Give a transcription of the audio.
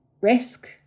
risk